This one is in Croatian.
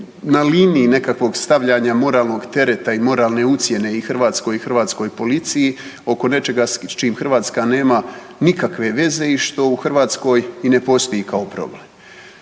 na liniji nekakvog stavljanja moralnog tereta i moralne ucjene i Hrvatskoj i hrvatskoj policiji oko nečega s čim Hrvatska nema nikakve veze i što u Hrvatskoj i ne postoji kao problem.